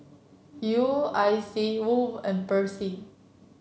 U I C Woh Hup and Persil